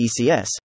ECS